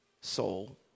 soul